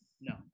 No